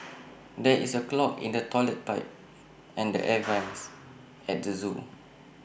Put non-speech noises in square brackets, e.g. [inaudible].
[noise] there is A clog in the Toilet Pipe and the air [noise] vents at the Zoo